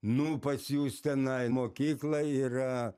nu pas jus tenai mokykla yra